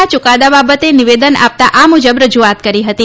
ના યુકાદા બાબતે નિવેદન આપતા આ મુજબ રજુઆત કરી હતી